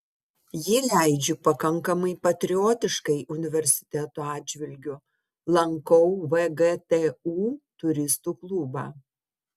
jį leidžiu pakankamai patriotiškai universiteto atžvilgiu lankau vgtu turistų klubą